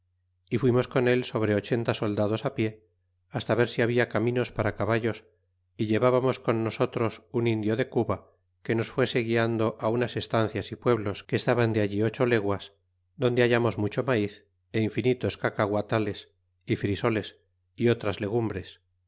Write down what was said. y fuimos con él sobre ochenta soldados pie hasta ver si habla caminos para caballos y llevábamos con nosotros un indio de cuba que nos fuese guiando unas estancias y pueblos que estaban de all ocho leguas donde hallamos mucho maiz é infinitos cacaguatales y frisoles y otras legumbres